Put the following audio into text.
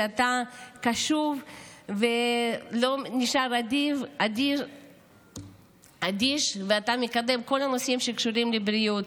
שאתה קשוב ולא נשאר אדיש ואתה מקדם את כל הנושאים שקשורים לבריאות.